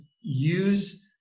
use